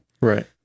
Right